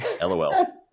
LOL